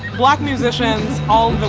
black musicians all